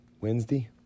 Wednesday